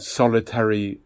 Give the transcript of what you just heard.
solitary